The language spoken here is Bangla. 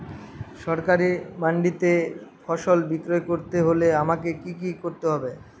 সরকারি মান্ডিতে ফসল বিক্রি করতে হলে আমাকে কি কি করতে হবে?